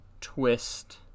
twist